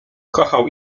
kochał